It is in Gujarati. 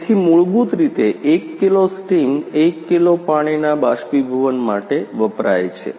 તેથી મૂળભૂત રીતે 1 કિલો સ્ટીમ 1 કિલો પાણીના બાષ્પીભવન માટે વપરાય છે